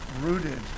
rooted